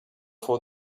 for